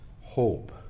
hope